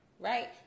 Right